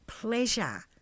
pleasure